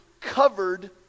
covered